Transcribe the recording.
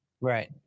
Right